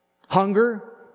hunger